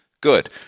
good